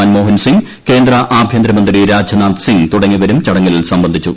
മൻമോഹൻ സിങ്ങ് കേന്ദ്ര ആഭ്യന്തരമന്ത്രി രാജ്നാഥ് സിംഗ് തുടങ്ങിയവരും ചടങ്ങിൽ സംബന്ധിച്ചു